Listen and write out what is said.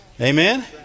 Amen